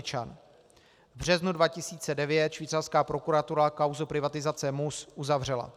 V březnu 2009 švýcarská prokuratura kauzu privatizace MUS uzavřela.